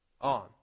on